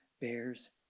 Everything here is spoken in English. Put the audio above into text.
bears